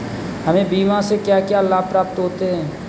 हमें बीमा से क्या क्या लाभ प्राप्त होते हैं?